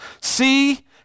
see